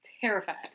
terrified